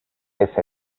ese